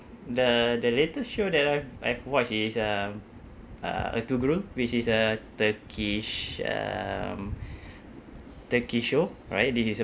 the the latest show that I've I've watched is um uh ertugrul which is a turkish um turkish show right this is